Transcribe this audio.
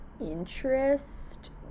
interest